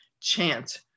chant